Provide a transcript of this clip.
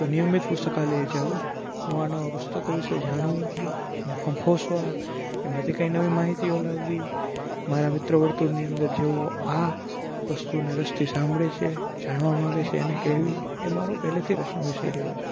તો નિયમિત પુસ્તકાલયે જવું નવાં નવાં પુસ્તકો વિષે જાણવું અને ફંફોસવા એમાંથી કંઈ નવી માહિતીઓ લાવવી મારા મિત્ર વર્તુળની અંદર જેઓ આ વસ્તુને રસથી સાંભળે છે જાણવા માગે છે એને કહેવી એ મારો પહેલેથી રસનો વિષય રહ્યો છે